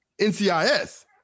NCIS